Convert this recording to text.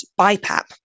BiPAP